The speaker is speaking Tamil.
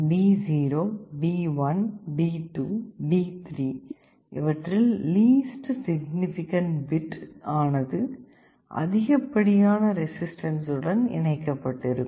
D0 D1 D2 D3 இவற்றில் லீஸ்ட் சிக்னிபிகண்ட் பிட் ஆனது அதிகப்படியான ரெசிஸ்டன்ஸ் உடன் இணைக்கப்பட்டிருக்கும்